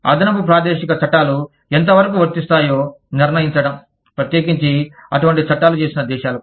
అదనపు ప్రాదేశిక చట్టాలు ఎంతవరకు వర్తిస్తాయో నిర్ణయించడం ప్రత్యేకించి అటువంటి చట్టాలు చేసిన దేశాలకు